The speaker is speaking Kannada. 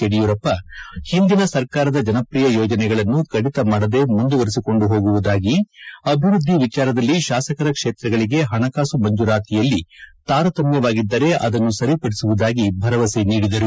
ಯಡಿಯೂರಪ್ಪ ಹಿಂದಿನ ಸರ್ಕಾರದ ಜನಪ್ರಿಯ ಯೋಜನೆಗಳನ್ನು ಕಡಿತ ಮಾಡದೆ ಮುಂದುವರೆಸಿಕೊಂಡು ಹೋಗುವುದಾಗಿ ಅಭಿವೃದ್ದಿ ವಿಚಾರದಲ್ಲಿ ಶಾಸಕರ ಕ್ಷೇತ್ರಗಳಿಗೆ ಪಣಕಾಸು ಮಂಜೂರಾತಿಯಲ್ಲಿ ತಾರತಮ್ಮವಾಗಿದ್ದರೆ ಅದನ್ನು ಸರಿಪಡಿಸುವುದಾಗಿ ಭರವಸೆ ನೀಡಿದರು